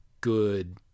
good